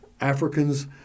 Africans